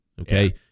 Okay